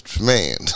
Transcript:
Man